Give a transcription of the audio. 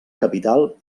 capital